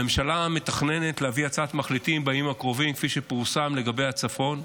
הממשלה מתכננת להביא הצעת מחליטים בימים הקרובים לגבי הצפון,